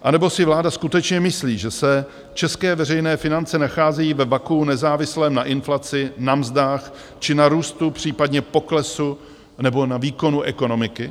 Anebo si vláda skutečně myslí, že se české veřejné finance nacházejí ve vakuu nezávislém na inflaci, na mzdách či na růstu případně poklesu nebo na výkonu ekonomiky?